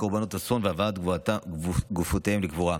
קורבנות אסון והבאת גופותיהם לקבורה.